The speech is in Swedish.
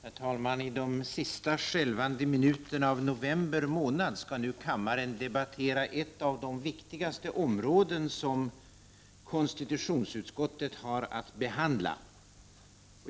Herr talman! I de sista skälvande minuterna av november månad skall nu kammaren debattera ett av de viktigaste områden som konstitutionsutskottet har att behandla.